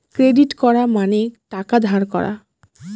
credit করা মানে টাকা ধার করা